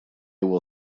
will